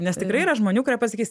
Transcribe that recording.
nes tikrai yra žmonių kurie pasakys